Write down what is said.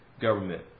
government